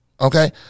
okay